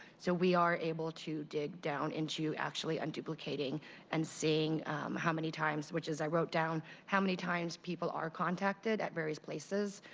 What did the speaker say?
so we are able to dig down into actual unduplicating and seeing how many times, which is i wrote down how many people are contacted at various places.